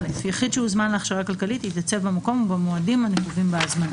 (א יחיד שהוזמן להכשרה כלכלית יתייצב במקום ובמועדים הנקובים בהזמנה.